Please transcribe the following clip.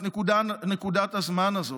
את נקודת הזמן הזאת,